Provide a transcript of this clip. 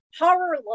Horror